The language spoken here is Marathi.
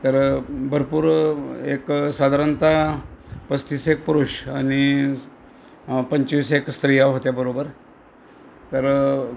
तर भरपूर एक साधारणतः पस्तीस एक पुरुष आणि पंचवीस एक स्त्रिया होत्या बरोबर तर